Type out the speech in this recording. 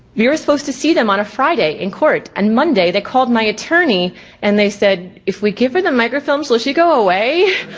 we were supposed to see them on a friday in court and monday they called my attorney and they said, if we give her the microfilms will she go away